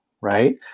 right